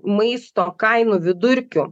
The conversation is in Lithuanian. maisto kainų vidurkiu